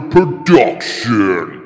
Production